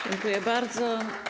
Dziękuję bardzo.